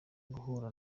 guhura